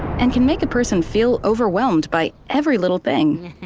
and can make a person feel overwhelmed by every little thing.